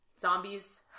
Zombies